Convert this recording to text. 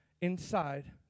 inside